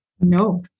No